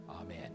Amen